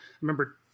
remember